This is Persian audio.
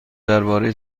درباره